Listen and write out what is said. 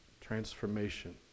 transformation